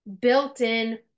built-in